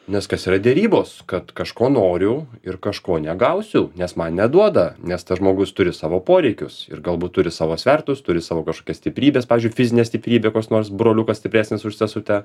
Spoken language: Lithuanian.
nes kas yra derybos kad kažko noriu ir kažko negausiu nes man neduoda nes tas žmogus turi savo poreikius ir galbūt turi savo svertus turi savo kažkokias stiprybes pavyzdžiui fizinę stiprybę koks nors broliukas stipresnis už sesutę